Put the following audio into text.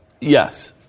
Yes